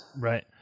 Right